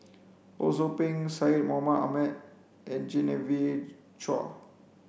Ho Sou Ping Syed Mohamed Ahmed and Genevieve Chua